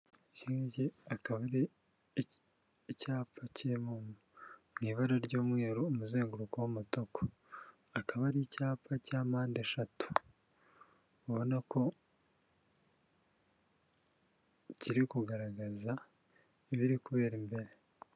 Ikingiki akaba ari icyapa kiri mu ibara ry'umweru, umuzenguruko w'amutuku, akaba ari icyapa cya mpandeshatu, ubona ko kiri kugaragaza ibiri kubera imbere.